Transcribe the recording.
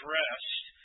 rest